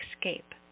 escape